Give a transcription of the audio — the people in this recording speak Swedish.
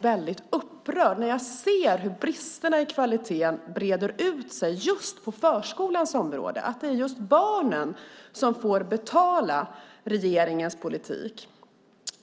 väldigt upprörd när jag ser hur bristerna i kvaliteten breder ut sig just på förskolans område och att det är just barnen som får betala regeringens politik.